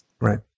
Right